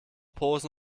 posen